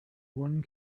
one